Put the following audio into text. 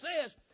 says